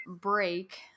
break